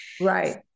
Right